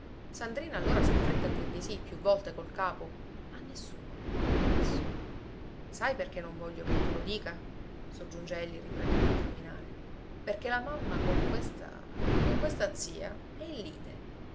sandrina allora s'affretta a dir di sì più volte col capo a nessuno a nessuno sai perché non voglio che tu lo dica soggiunge egli riprendendo a camminare perché la mamma con questa con questa zia è in lite